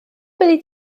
byddi